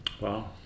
Wow